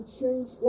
change